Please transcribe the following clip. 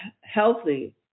healthy